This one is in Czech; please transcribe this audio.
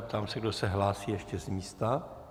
Ptám se, kdo se hlásí ještě z místa.